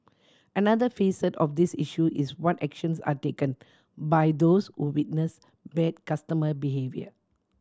another facet of this issue is what actions are taken by those who witness bad customer behaviour